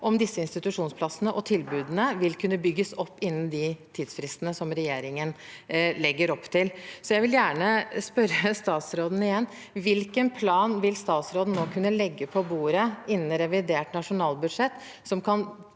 om disse institusjonsplassene og tilbudene vil kunne bygges opp innen de tidsfristene som regjeringen legger opp til. Jeg vil gjerne spørre statsråden igjen: Hvilken plan vil statsråden legge på bordet innen revidert nasjonalbudsjett som kan